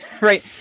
right